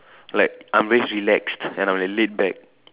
like I'm really relaxed and I'm laid back